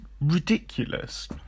ridiculous